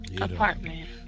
Apartment